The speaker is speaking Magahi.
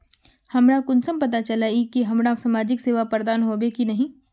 हमरा कुंसम पता चला इ की हमरा समाजिक सेवा प्रदान होबे की नहीं?